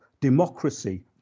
democracy